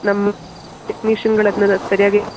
ನಮ್ಮ ಟೆಕ್ನಿಷಿಯನ್ಗಳು ಅದನ್ನೆಲ್ಲ ಸರಿಯಾಗಿ